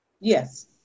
Yes